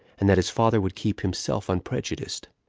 and that his father would keep himself unprejudiced.